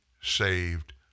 saved